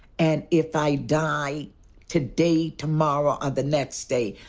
and if i die today, tomorrow or the next day,